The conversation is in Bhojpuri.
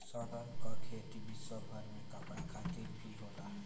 सन कअ खेती विश्वभर में कपड़ा खातिर भी होला